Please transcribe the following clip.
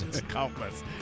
Countless